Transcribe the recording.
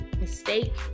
mistake